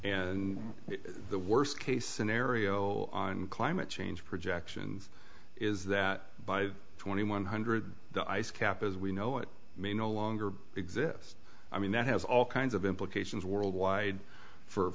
and the worst case scenario on climate change projections is that by twenty one hundred the ice cap as we know it may no longer exist i mean that has all kinds of implications worldwide for